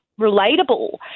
relatable